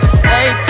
stay